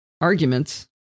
Arguments